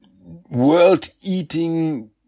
world-eating